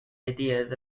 ideas